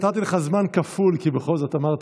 נתתי לך זמן כפול כי בכל זאת אמרתי